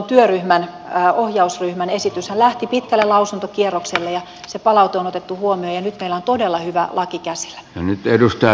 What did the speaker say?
tuon ohjausryhmän esityshän lähti pitkälle lausuntokierrokselle ja se palaute on otettu huomioon ja nyt meillä on todella hyvä laki käsillä